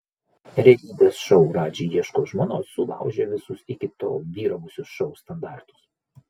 realybės šou radži ieško žmonos sulaužė visus iki tol vyravusius šou standartus